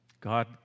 God